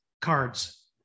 cards